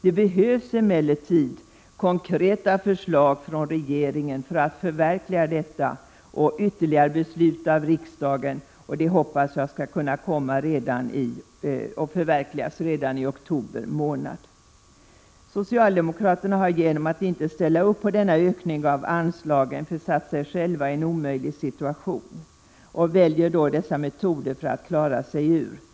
Det behövs emellertid konkreta förslag från regeringen för att förverkliga detta och ytterligare beslut av riksdagen, vilket jag hoppas kan ske redan i oktober månad. Socialdemokraterna har genom att inte ställa upp på denna ökning av anslagen försatt sig själva i en omöjlig situation, som de sedan försöker klara sig ur.